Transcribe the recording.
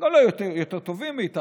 הם גם לא היו יותר טובים מאיתנו,